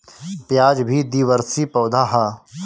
प्याज भी द्विवर्षी पौधा हअ